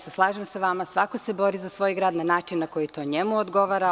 Slažem se sa vama, svako se bori za svoj grad na način koji to njemu odgovara.